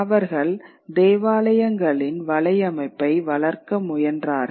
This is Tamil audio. அவர்கள் தேவாலயங்களின் வலையமைப்பை வளர்க்க முயன்றார்கள்